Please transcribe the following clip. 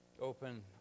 open